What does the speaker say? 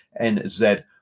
NZ